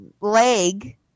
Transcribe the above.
leg